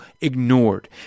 ignored